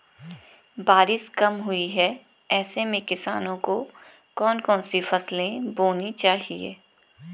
बारिश कम हुई है ऐसे में किसानों को कौन कौन सी फसलें बोनी चाहिए?